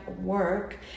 work